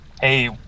hey